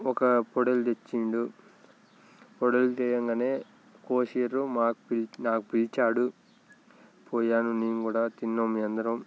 ఒక పొట్టేలు తెచ్చాడు పొట్టేలు తేగానే కోసారు మాకు పిలి నాకు పిలిచాడు పోయాను నేను కూడా తిన్నాము మేము అందరము